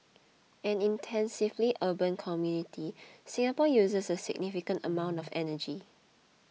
an intensively urban community Singapore uses a significant amount of energy